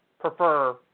prefer